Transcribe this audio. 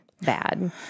bad